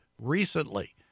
recently